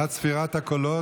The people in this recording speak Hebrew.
עד ספירת הקולות,